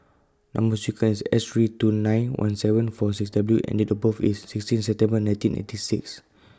Number sequence IS S three two nine one seven four six W and Date of birth IS sixteen September nineteen eighty six